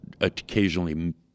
occasionally